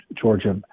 Georgia